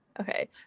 Okay